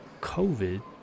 COVID